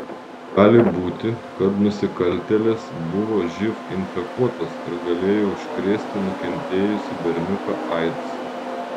gali būti kad nusikaltėlės buvo živ infekuotos ir galėjo užkrėsti nukentėjusį berniuką aids